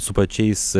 su pačiais